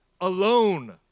alone